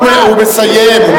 הוא מסיים.